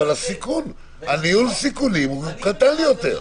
אבל ניהול הסיכונים הוא קטן יותר.